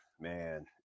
man